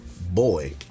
boy